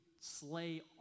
slay